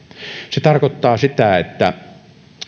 se tarkoittaa sitä että